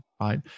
right